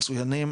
מצוינים,